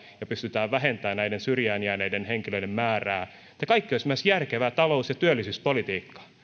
ja pystyä vähentämään näiden syrjään jääneiden henkilöiden määrää tämä kaikki olisi myös järkevää talous ja työllisyyspolitiikkaa